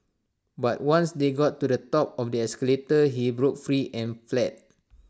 but once they got to the top of the escalator he broke free and fled